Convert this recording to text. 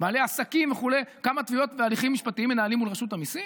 בעלי העסקים וכו' כמה תביעות והליכים משפטיים מנהלים מול רשות המיסים?